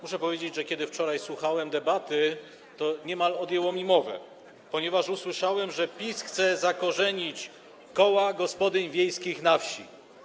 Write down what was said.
Muszę powiedzieć, że kiedy wczoraj słuchałem debaty, to niemal odjęło mi mowę, ponieważ usłyszałem, że PiS chce zakorzenić koła gospodyń wiejskich na wsi.